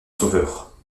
sauveur